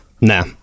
Nah